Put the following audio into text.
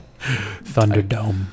Thunderdome